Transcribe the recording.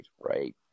right